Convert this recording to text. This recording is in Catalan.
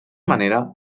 manera